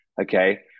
Okay